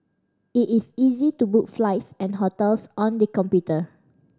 it is easy to book flights and hotels on the computer